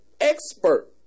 expert